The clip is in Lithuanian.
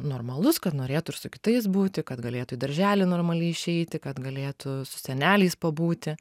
normalus kad norėtų ir su kitais būti kad galėtų į darželį normaliai išeiti kad galėtų su seneliais pabūti